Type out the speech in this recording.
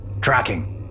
Tracking